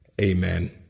Amen